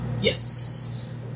Yes